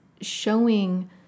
showing